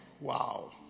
Wow